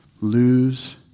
Lose